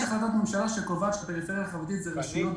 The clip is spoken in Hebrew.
יש החלטת ממשלה שקובעת שפריפריה חברתית זה רשויות